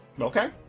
Okay